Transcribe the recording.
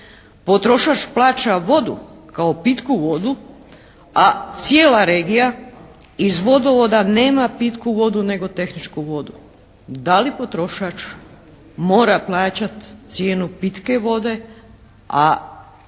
Potrošač plaća vodu kao pitku vodu, a cijela regija iz vodovoda nema pitku vodu nego tehničku vodu. Da li potrošač mora plaćati cijenu pitke vode, a